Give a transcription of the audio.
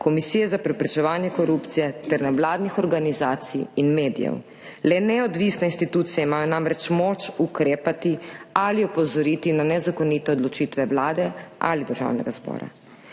Komisije za preprečevanje korupcije ter nevladnih organizacij in medijev. Le neodvisne institucije imajo namreč moč ukrepati ali opozoriti na nezakonite odločitve Vlade ali Državnega zbora.